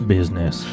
Business